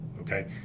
Okay